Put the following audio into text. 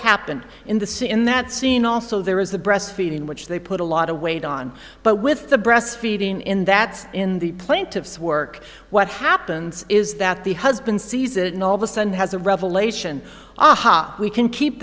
happened in the sea in that scene also there is the breast feeding which they put a lot of weight on but with the breast feeding in that's in the plaintiff's work what happens is that the husband sees it and all of a sudden has a revelation aha we can keep